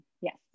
Yes